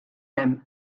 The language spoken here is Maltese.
hemm